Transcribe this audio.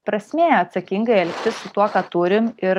prasmė atsakingai elgtis su tuo ką turim ir